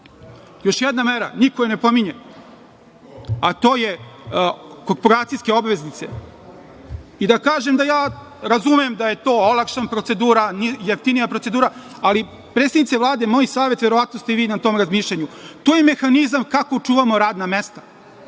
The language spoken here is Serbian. jedna mera, niko je ne pominje, a to je korporacijske obveznice. Da kažem da ja razumem da je to olakšana procedura, jeftinija procedura, ali predsednice Vlade, moj savet je, verovatno ste i vi pri tom razmišljanju, to je mehanizam kako čuvamo radna mesta,